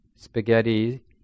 Spaghetti